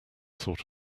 sort